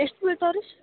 ಎಷ್ಟು ಬೀಳ್ತವೆ ರೀ